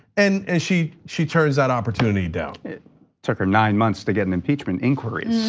and and she she turns that opportunity down. it took him nine months to get an impeachment inquiry.